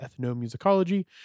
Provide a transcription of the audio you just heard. ethnomusicology